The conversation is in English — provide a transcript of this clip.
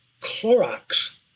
Clorox